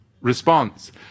response